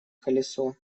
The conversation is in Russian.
колесо